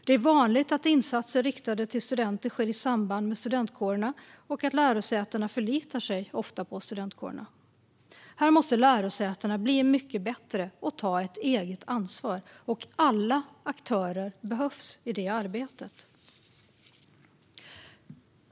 Det är vanligt att insatser riktade till studenter sker i samarbete med studentkårerna och att lärosätena ofta förlitar sig på studentkårerna. Här måste lärosätena bli mycket bättre och ta ett eget ansvar, och alla aktörer behövs i detta arbete.